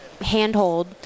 handhold